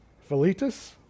Philetus